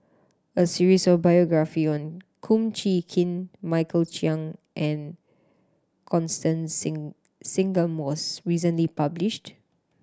a series of biography Kum Chee Kin Michael Chiang and Constance Sing Singam was recently published